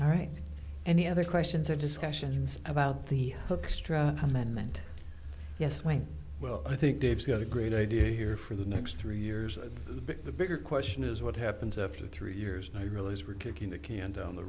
all right any other questions or discussions about the hoekstra amendment yes went well i think dave's got a great idea here for the next three years and the bigger question is what happens after three years and i realize were kicking the can down the